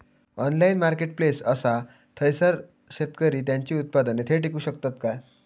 Online marketplace असा थयसर शेतकरी त्यांची उत्पादने थेट इकू शकतत काय?